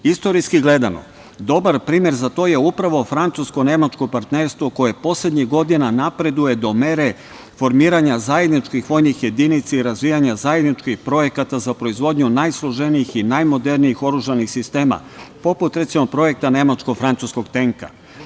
Istorijski gledano, dobar primer za to je upravo francusko-nemačko partnerstvo koje poslednjih godina napreduje do mere formiranja zajedničkih vojnih jedinica i razvijanja zajedničkih projekata za proizvodnju najsloženijih i najmodernijih oružanih sistema, poput recimo projekta nemačko-francuskog tenka.